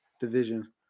division